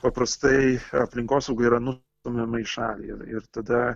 paprastai aplinkosauga yra nustumiama į šalį ir ir tada